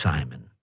Simon